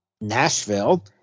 Nashville